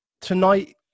tonight